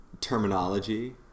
terminology